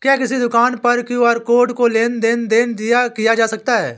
क्या किसी दुकान पर क्यू.आर कोड से लेन देन देन किया जा सकता है?